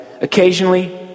Occasionally